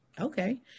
okay